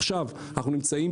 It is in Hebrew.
עכשיו אני מבין.